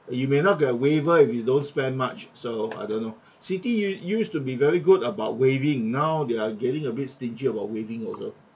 you may not get a waiver if you don't spend much so I don't know citi you used to be very good about waiving now they are getting a bit stingy about waiving all the